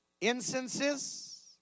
incenses